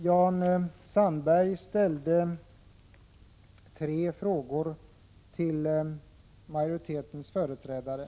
Jan Sandberg ställde tre frågor till utskottsmajoritetens företrädare.